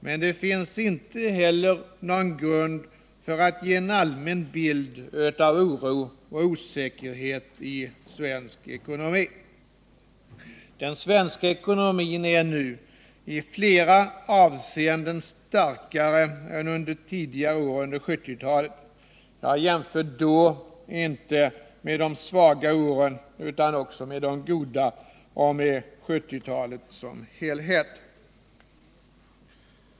Men det finns inte heller någon grund för att ge en allmän bild av oro och osäkerhet i svensk ekonomi. Den svenska ekonomin är nu i flera avseenden starkare än under tidigare år under 1970-talet. Jag jämför då inte bara med de svaga åren utan också med de goda och med 1970-talet som helhet.